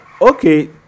okay